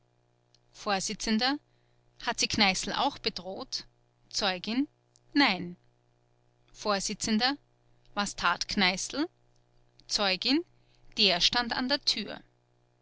vors hat sie kneißl auch bedroht zeugin nein vors was tat kneißl zeugin der stand an der tür